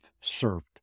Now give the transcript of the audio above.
served